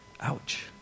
Ouch